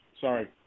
sorry